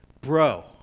Bro